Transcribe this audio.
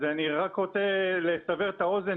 אז אני רק רוצה לסבר את האוזן.